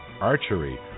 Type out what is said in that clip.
archery